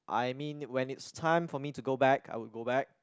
I mean when it's time for me to go back I will go back